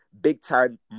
big-time